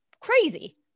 Crazy